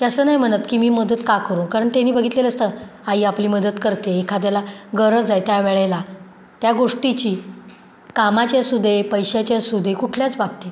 की असं नाही म्हणत की मी मदत का करू कारण त्यांनी बघितलेलं असतं आई आपली मदत करते एखाद्याला गरज आहे त्या वेळेला त्या गोष्टीची कामाची असू दे पैशाची असू दे कुठल्याच बाबतीत